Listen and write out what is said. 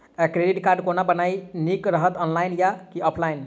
Credit card कोना बनेनाय नीक रहत? ऑनलाइन आ की ऑफलाइन?